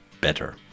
better